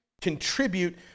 contribute